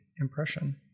impression